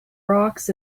rocks